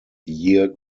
year